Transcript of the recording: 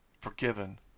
forgiven